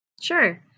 Sure